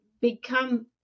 become